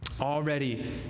Already